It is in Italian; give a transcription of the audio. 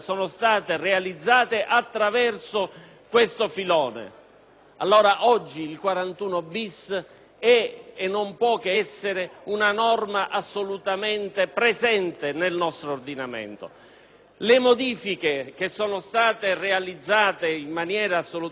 oggi il 41-*bis* è e non può che essere una norma assolutamente presente nel nostro ordinamento. Le modifiche, che sono state realizzate in maniera assolutamente *bipartisan* con un dibattito costruttivo, mirano anche